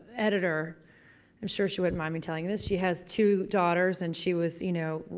editor. i'm sure she wouldn't mind me telling you this. she has two daughters and she was, you know,